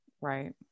Right